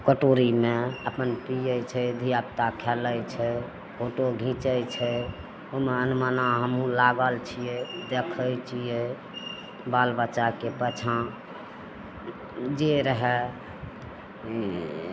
कटोरीमे अपन पिए छै धिआपुता खेलै छै फोटो घिचै छै ओहिमे अनमना हमहूँ लागल छिए देखै छिए बाल बच्चाके पाछाँ जे रहै